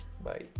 Bye